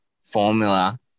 formula